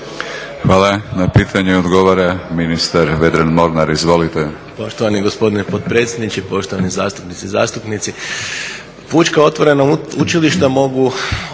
Hvala. Na pitanje odgovora ministar Vedran Mornar, izvolite.